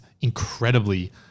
incredibly